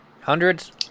Hundreds